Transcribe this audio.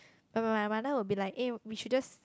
but my mother would be like eh we should just